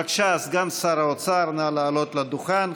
בבקשה, סגן שר האוצר, נא לעלות לדוכן.